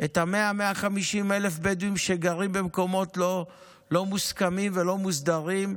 את ה-150,000-100,000 בדואים שגרים במקומות לא מוסכמים ולא מוסדרים,